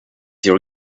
your